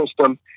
system